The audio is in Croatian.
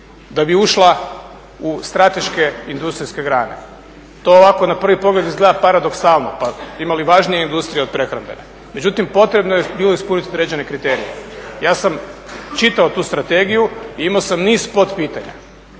da bi ušla u strateške industrijske grane. To ovako na prvi pogled izgleda paradoksalno pa ima li važnije industrije od prehrambene. Međutim, potrebno je bilo ispuniti određene kriterije. Ja sam čitao tu strategiju i imao sam niz potpitanja.